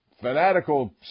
fanatical